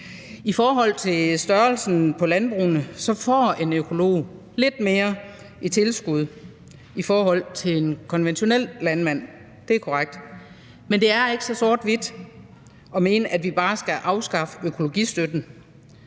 I forhold til størrelsen på landbrugene får en økologisk landmand lidt mere i tilskud end en konventionel landmand. Det er korrekt. Men det er ikke så sort-hvidt, som at vi bare skal afskaffe økologistøtten,